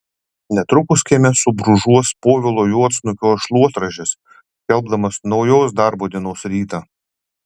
netrukus kieme subrūžuos povilo juodsnukio šluotražis skelbdamas naujos darbo dienos rytą